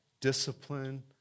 discipline